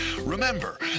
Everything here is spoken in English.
Remember